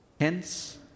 hence